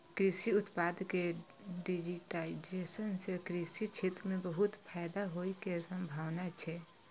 कृषि उत्पाद के डिजिटाइजेशन सं कृषि क्षेत्र कें बहुत फायदा होइ के संभावना छै